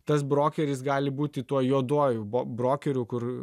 tas brokeris gali būti tuo juoduoju bo brokeriu kur